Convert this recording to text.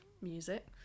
music